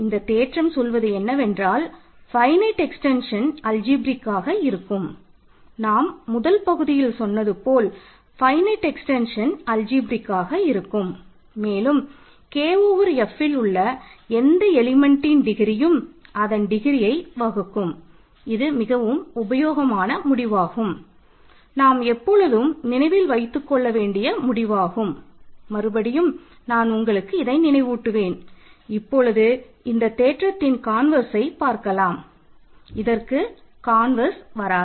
இந்த தேற்றம் சொல்வது என்னவென்றால் ஃபைனட் வராது